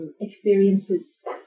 experiences